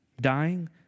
dying